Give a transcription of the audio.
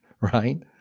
right